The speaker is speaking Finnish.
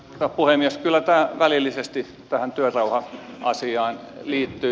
kyllä tämä välillisesti tähän työrauha asiaan liittyy